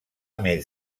més